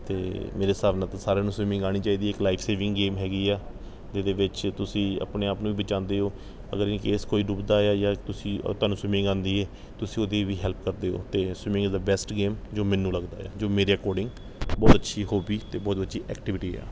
ਅਤੇ ਮੇਰੇ ਹਿਸਾਬ ਨਾਲ ਤਾਂ ਸਾਰਿਆਂ ਨੂੰ ਸਵੀਮਿੰਗ ਆਉਣੀ ਚਾਹੀਦੀ ਹੈ ਇੱਕ ਲਾਈਫ਼ ਸੇਵਿੰਗ ਗੇਮ ਹੈਗੀ ਆ ਜਿਹਦੇ ਵਿੱਚ ਤੁਸੀਂ ਆਪਣੇ ਆਪ ਨੂੰ ਵੀ ਬਚਾਉਂਦੇ ਹੋ ਅਗਰ ਇਨ ਕੇਸ ਕੋਈ ਡੁੱਬਦਾ ਆ ਜਾਂ ਤੁਸੀਂ ਤੁਹਾਨੂੰ ਸਵੀਮਿੰਗ ਆਉਂਦੀ ਹੈ ਤੁਸੀਂ ਉਹਦੀ ਵੀ ਹੈਲਪ ਕਰਦੇ ਹੋ ਅਤੇ ਸਵੀਮਿੰਗ ਦਾ ਬੈਸਟ ਗੇਮ ਜੋ ਮੈਨੂੰ ਲੱਗਦਾ ਆ ਜੋ ਮੇਰੇ ਅਕੋਰਡਿੰਗ ਬਹੁਤ ਅੱਛੀ ਹੋਬੀ ਅਤੇ ਬਹੁਤ ਅੱਛੀ ਐਕਟੀਵਿਟੀ ਆ